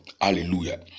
hallelujah